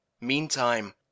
Meantime